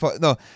no